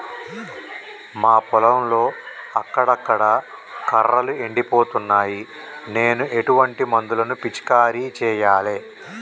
మా పొలంలో అక్కడక్కడ కర్రలు ఎండిపోతున్నాయి నేను ఎటువంటి మందులను పిచికారీ చెయ్యాలే?